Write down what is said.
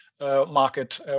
market